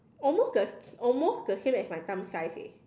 almost the almost the same as my thumb size eh